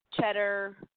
cheddar